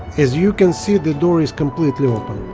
as you can see the door is completely over